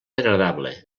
agradable